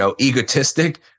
egotistic